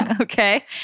Okay